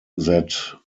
that